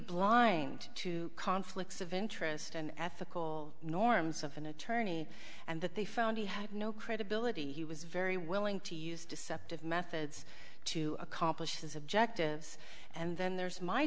blind to conflicts of interest and ethical norms of an attorney and that they found he had no credibility he was very willing to use deceptive methods to accomplish his objectives and then there's my